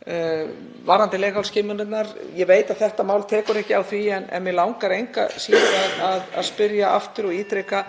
stóran hóp kvenna. Ég veit að þetta mál tekur ekki á því en mig langar engu að síður að spyrja aftur og ítreka